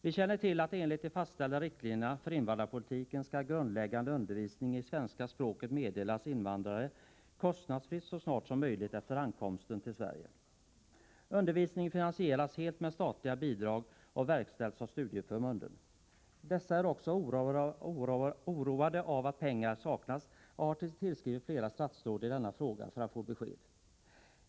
Vi känner till att enligt de fastställda riktlinjerna för invandrarpolitiken skall grundläggande undervisning i svenska språket meddelas invandrare kostnadsfritt så snart som möjligt efter ankomsten till Sverige. Undervisningen finansieras helt med statliga bidrag och verkställs av studieförbunden. Dessa är också oroade av att pengar saknas och har tillskrivit flera statsråd i denna fråga för att få besked.